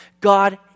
God